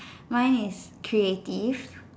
mine is creative